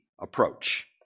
approach